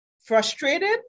frustrated